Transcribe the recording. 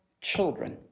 children